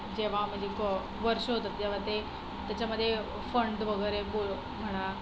जेव्हां म्हणजे क वर्ष होतं तेव्हा ते त्याच्यामध्ये फंड वगैरे बोल् म्हणा